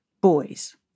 boys